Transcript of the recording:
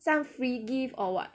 some free gift or what